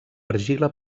argila